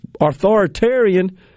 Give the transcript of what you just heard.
authoritarian